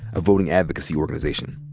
a voting advocacy organization.